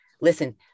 listen